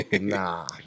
nah